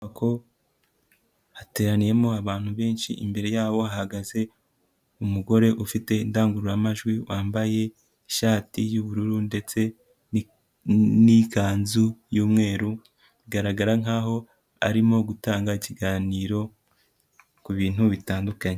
Inyubako hateraniyemo abantu benshi, imbere yaho hahagaze umugore ufite indangururamajwi wambaye ishati y'ubururu ndetse n'ikanzu y'umweru, bigaragara nkaho arimo gutanga ikiganiro ku bintu bitandukanye.